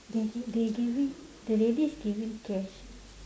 they they giving the lady's giving cash